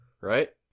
Right